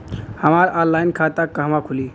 हमार ऑनलाइन खाता कहवा खुली?